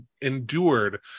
endured